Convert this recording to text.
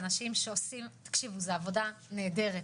אנשים שעושים עבודה נהדרת,